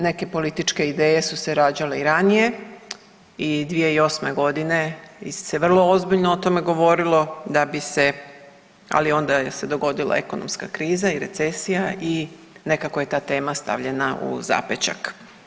Neke političke ideje su se rađale i ranije i 2008. godine se vrlo ozbiljno o tome govorilo da bi se, ali onda se dogodila ekonomska kriza i recesija i nekako je ta tema stavljena u zapećak.